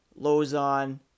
Lozon